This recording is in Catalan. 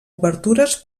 obertures